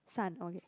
sun okay